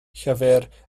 llyfr